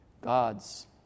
God's